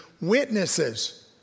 witnesses